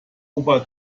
opa